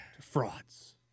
frauds